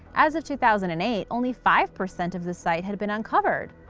as of two thousand and eight, only five percent of the site had been uncovered.